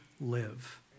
live